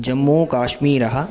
जम्मूकाश्मीरः